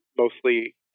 mostly